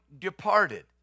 departed